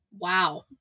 Wow